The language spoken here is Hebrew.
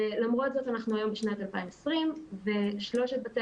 ולמרות זאת אנחנו היום בשנת 2020 ושלושת בתי